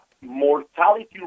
mortality